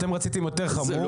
אתם רציתם יותר חמור.